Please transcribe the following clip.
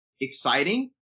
exciting